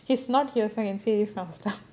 he's not here so I can say this kind of stuff